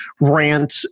rant